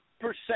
percent